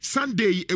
Sunday